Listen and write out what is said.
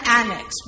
annex